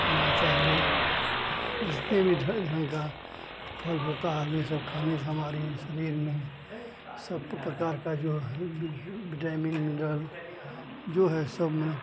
खाना चाहिए इसके झड़ झंका फल होता आदमी सब खाने से हमारे ही शरीर में सब प प्रकार का जो है भी विटामिन मिनरल जो है सब ना